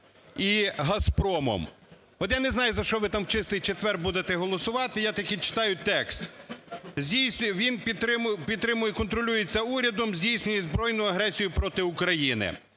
і "Газпромом" . От я не знаю, за що ви там в Чистий четвер будете голосувати, я тільки читаю текст: "Він підтримується… контролюється урядом, здійснює збройну агресію проти України".